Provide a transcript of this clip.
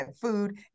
food